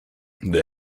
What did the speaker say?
they